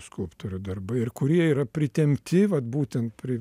skulptorių darbai ir kurie yra pritempti vat būtent prie